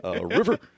River